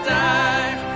die